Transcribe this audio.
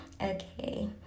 okay